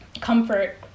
comfort